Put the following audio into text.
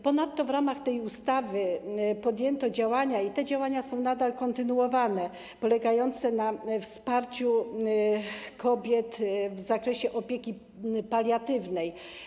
Ponadto w ramach tej ustawy podjęto działania, i te działania są nadal kontynuowane, polegające na wsparciu kobiet w zakresie opieki paliatywnej.